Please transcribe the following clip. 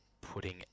putting